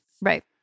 right